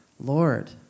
Lord